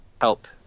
help